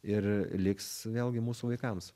ir liks vėlgi mūsų vaikams